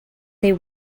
they